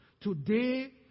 Today